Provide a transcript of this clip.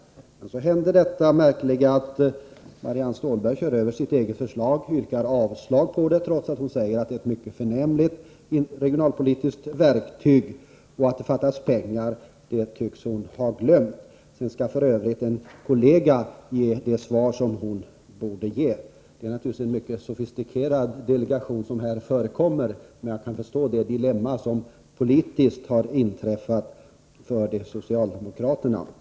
Men så händer det märkliga att Marianne Stålberg kör över sitt eget förslag och yrkar avslag på det, samtidigt som hon säger att det är fråga om ett mycket förnämligt regionalpolitiskt verktyg. Att det fattas pengar tycks hon ha glömt. En partikamrat skall f.ö. ge det svar som Marianne Stålberg borde ge. Det är naturligtvis en mycket sofistikerad delegation här i dag. Jag kan förstå det politiska dilemma som socialdemokraterna råkat i.